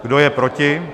Kdo je proti?